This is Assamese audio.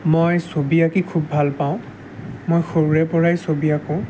মই ছবি আঁকি খুব ভালপাওঁ মই সৰুৰেপৰাই ছবি আকোঁ